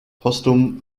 posthum